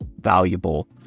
valuable